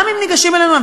גם אם ניגשים אלינו,